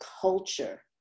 culture